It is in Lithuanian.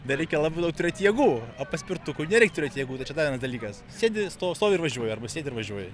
dar reikia labai daug turėt jėgų o paspirtukui nereik turėt jėgų tai čia dar vienas dalykas sėdi stov stovi ir važiuoja arba sėdi važiuoji